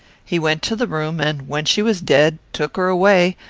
he went to the room, and, when she was dead, took her away,